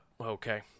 Okay